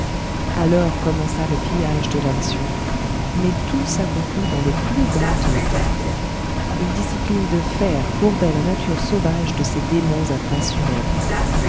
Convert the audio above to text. alors commença le pillage de l'alcyon mais tout s'accomplit dans le plus grand ordre une discipline de fer courbait la nature sauvage de ces démons à face humaine